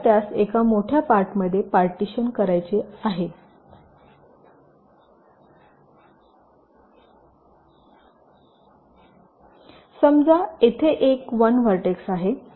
मला त्यास एका मोठ्या पार्टमध्ये पार्टीशन करायचे आहे समजा येथे एन १ व्हर्टेक्स आहेत